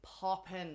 popping